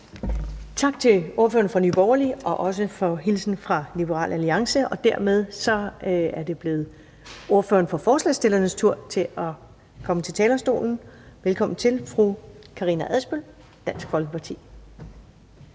Tak til ordføreren for Nye Borgerlige og også for hilsenen fra Liberal Alliance. Dermed er det blevet ordføreren for forslagsstillernes tur til at komme på talerstolen. Velkommen til fru Karina Adsbøl, Dansk Folkeparti.